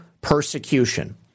persecution